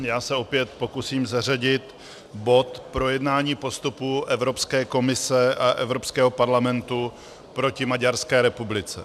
Já se opět pokusím zařadit bod Projednání postupu Evropské komise a Evropského parlamentu proti Maďarské republice.